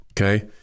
Okay